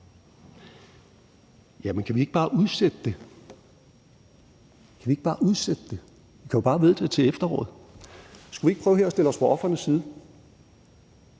Jamen kan vi ikke bare udsætte det? Kan vi ikke bare udsætte det? Vi kan jo bare vente til efteråret. Skulle vi ikke her prøve at stille os på ofrenes side?